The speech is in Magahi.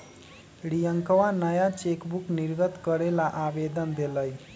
रियंकवा नया चेकबुक निर्गत करे ला आवेदन देलय